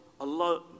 allah